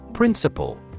Principle